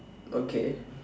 okay